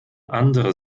andere